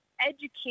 educate